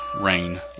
rain